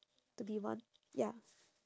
to be one ya